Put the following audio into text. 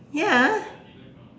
ya